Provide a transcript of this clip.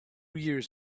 years